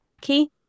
key